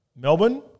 Melbourne